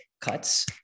cuts